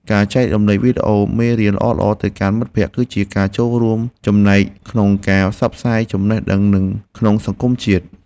ការចែករំលែកវីដេអូមេរៀនល្អៗទៅកាន់មិត្តភក្តិ គឺជាការចូលរួមចំណែកក្នុងការផ្សព្វផ្សាយចំណេះដឹងក្នុងសង្គមជាតិ។